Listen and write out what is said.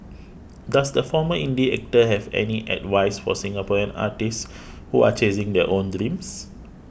does the former indie actor have any advice for Singaporean artists who are chasing their own dreams